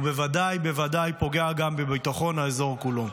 ובוודאי בוודאי פוגע גם בביטחון האזור כולו.